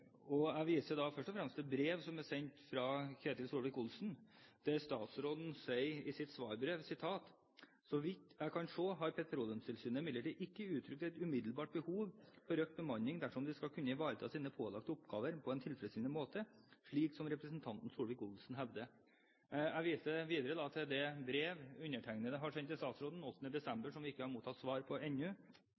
bevilgninger. Jeg viser da først og fremst til brev som er sendt fra Ketil Solvik-Olsen, der statsråden sier i sitt svarbrev: «Så vidt jeg kan se har Petroleumstilsynet imidlertid ikke uttrykt et umiddelbart behov for økt bemanning dersom det skal kunne ivareta sine pålagte oppgaver på en tilfredsstillende måte, slik som representanten Solvik-Olsen hevder.» Jeg viser videre til det brev undertegnede har sendt til statsråden 8. desember, som vi ikke har mottatt svar på ennå,